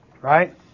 Right